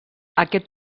aquest